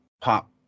pop